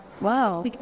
Wow